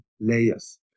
layers